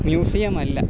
മ്യൂസിയമല്ല